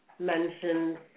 mentioned